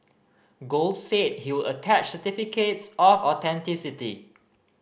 Gold said he would attach certificates of authenticity